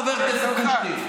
חבר הכנסת קושניר.